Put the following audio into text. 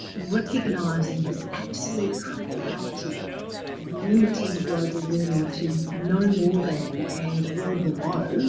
recognising the absolute criticality of limiting global warming to no more than, and well below,